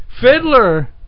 Fiddler